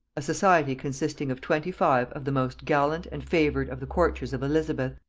a society consisting of twenty-five of the most gallant and favored of the courtiers of elizabeth.